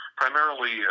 primarily